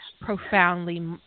profoundly